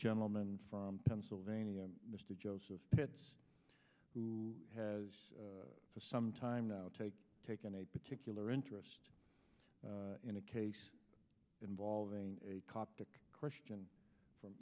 gentleman from pennsylvania mr joseph pitts who has for some time now take taken a particular interest in a case involving a coptic christian from